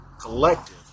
collective